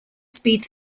speed